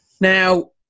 Now